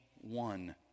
one